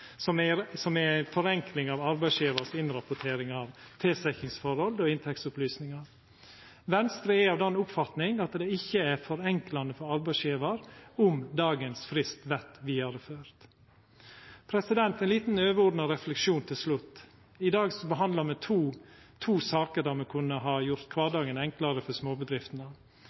forenkling av arbeidsgjevars innrapportering av tilsetjingsforhold og inntektsopplysningar. Venstre er av den oppfatninga at det ikkje er forenklande for arbeidsgjevar om dagens frist vert vidareført. Ein liten overordna refleksjon til slutt: I dag behandlar me to saker der me kunna ha gjort kvardagen enklare for småbedriftene.